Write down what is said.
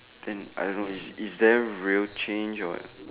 then I don't know is there real change or